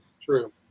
True